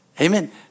Amen